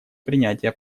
принятия